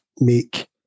make